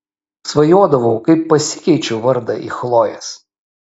svajodavau kaip pasikeičiu vardą į chlojės